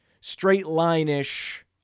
straight-line-ish